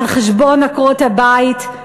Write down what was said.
על חשבון עקרות-הבית,